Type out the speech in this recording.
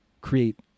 create